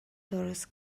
درست